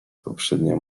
poprzednio